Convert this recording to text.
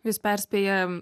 vis perspėja